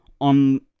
on